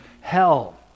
hell